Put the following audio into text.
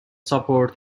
support